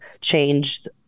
changed